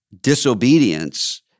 disobedience